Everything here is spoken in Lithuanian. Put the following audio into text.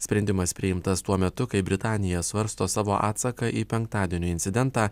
sprendimas priimtas tuo metu kai britanija svarsto savo atsaką į penktadienio incidentą